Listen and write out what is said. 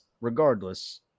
regardless